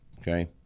okay